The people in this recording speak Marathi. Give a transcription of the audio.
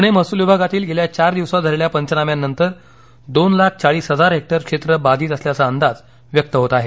पुणे महसूल विभागातील गेल्या चार दिवसात झालेल्या पंचनाम्यानंतर दोन लाख चाळीस हेक्टर क्षेत्र बाधित असल्याचा अंदाज व्यक्त होत आहे